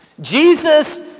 Jesus